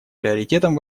приоритетом